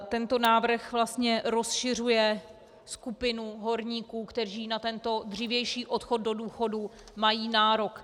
Tento návrh rozšiřuje skupinu horníků, kteří na tento dřívější odchod do důchodu mají nárok.